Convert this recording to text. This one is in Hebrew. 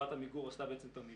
חברת עמיגור עשתה את המיפוי,